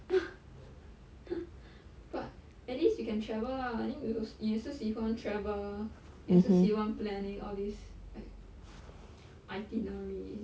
but at least you can travel lah then you 你也是喜欢 travel 也是喜欢 planning all these like itinerary